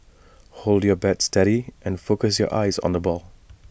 hold your bat steady and focus your eyes on the ball